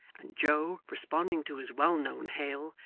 and joe, responding to his well-known hail,